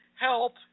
help